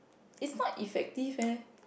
it's not effective eh